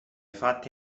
fatte